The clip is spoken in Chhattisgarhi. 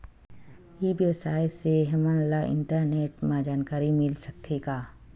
ई व्यवसाय से हमन ला इंटरनेट मा जानकारी मिल सकथे का?